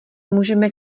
můžeme